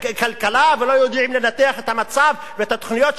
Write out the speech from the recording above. ולא יודעים לנתח את המצב ואת התוכניות של הממשלה?